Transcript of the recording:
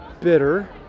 bitter